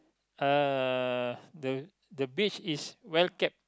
uh the the beach is well kept